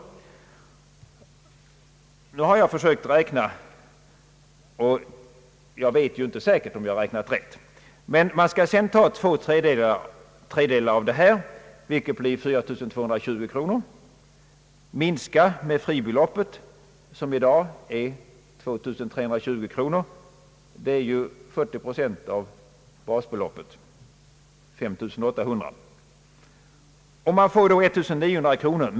Jag är inte helt säker på att jag sedan har räknat rätt men jag har kommit fram till att man skall ta två tredjedelar av detta belopp, vilket blir 4220 kronor och minska med fribeloppet, som i dag är 2320 kronor — 40 procent av basbeloppet 5 800 kronor. Man får då 1 900 kronor kvar.